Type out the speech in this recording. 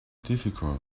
difficult